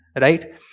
right